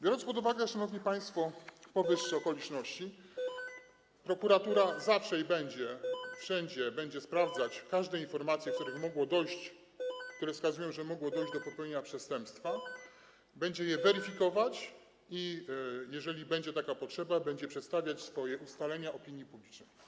Biorąc pod uwagę, szanowni państwo, powyższe okoliczności, prokuratura zawsze i wszędzie będzie sprawdzać każde informacje, które wskazują, że mogło dojść do popełnienia przestępstwa, będzie je weryfikować i jeżeli będzie taka potrzeba, będzie przedstawiać swoje ustalenia opinii publicznej.